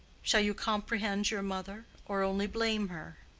shall you comprehend your mother, or only blame her?